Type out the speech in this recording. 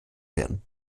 werden